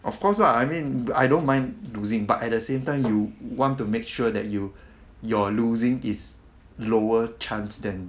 of course lah I mean I don't mind losing but at the same time you want to make sure that you you're losing is lower chance than